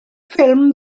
ffilm